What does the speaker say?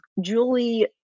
Julie